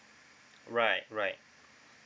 right right